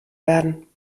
werden